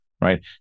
right